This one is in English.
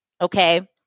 okay